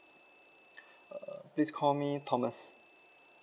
err please call me thomas